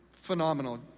phenomenal